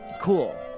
cool